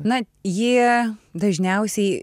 na jie dažniausiai